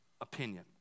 opinion